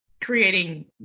creating